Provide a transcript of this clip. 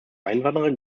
einwanderer